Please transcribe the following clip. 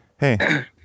Hey